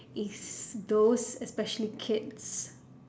is those especially kids